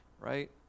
right